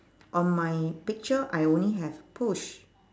on my picture I only have push